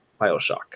Bioshock